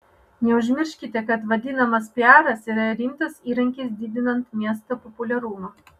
neužmirškite kad vadinamas piaras yra rimtas įrankis didinant miesto populiarumą